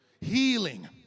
healing